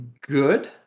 good